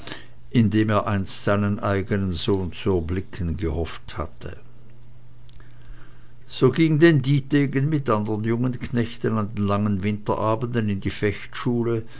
dem er einst seinen eigenen sohn zu erblicken gehofft hatte so ging denn dietegen mit andern jungen knechten an den langen winterabenden in die